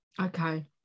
okay